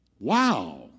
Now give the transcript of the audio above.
wow